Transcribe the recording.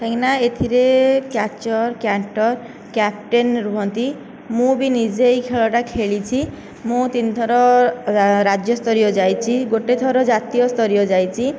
କାହିଁକି ନା ଏଥିରେ କ୍ୟାଚର କ୍ୟାଣ୍ଟର କ୍ୟାପଟେନ ରୁହନ୍ତି ମୁଁ ବି ନିଜେ ଏହି ଖେଳଟା ଖେଳିଛି ମୁଁ ତିନିଥର ରାଜ୍ୟସ୍ତରୀୟ ଯାଇଛି ଗୋଟେ ଥର ଜାତୀୟ ସ୍ଥରୀୟ ଯାଇଛି